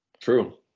true